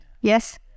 yes